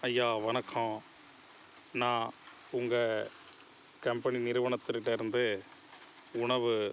ஐயா வணக்கம் நான் உங்க கம்பெனி நிறுவனத்திட்டேருந்து உணவு